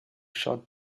shot